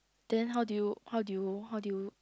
then how do you how do you how do you